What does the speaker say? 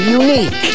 unique